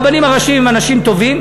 הרבנים הראשיים הם אנשים טובים,